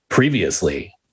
Previously